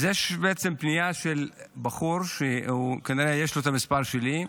זו בעצם פנייה של בחור שכנראה יש לו את המספר שלי,